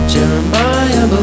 Jeremiah